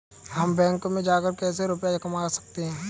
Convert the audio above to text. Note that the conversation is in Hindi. हम बैंक में जाकर कैसे रुपया जमा कर सकते हैं?